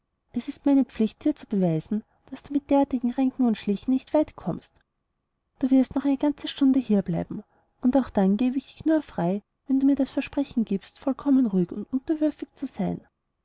es ist meine pflicht dir zu beweisen daß du mit derartigen ränken und schlichen nicht weit kommst jetzt wirst du noch eine ganze stunde hierbleiben und auch dann gebe ich dich nur frei wenn du mir das versprechen giebst vollkommen ruhig und unterwürfig zu sein